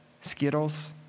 Skittles